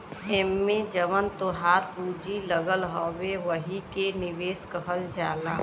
एम्मे जवन तोहार पूँजी लगल हउवे वही के निवेश कहल जाला